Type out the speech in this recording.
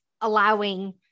allowing